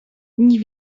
nie